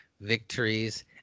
victories